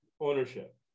Ownership